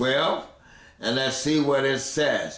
well and that's the way it is sa